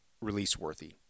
release-worthy